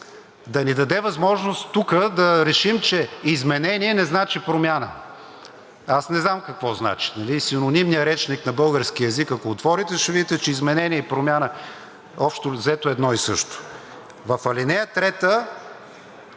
да ни даде възможност тук да решим, че изменение не значи промяна. Аз не знам какво значи, синонимният речник на български език, ако отворите, ще видите, че изменение и промяна общо взето е едно и също. В ал. 3